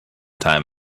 time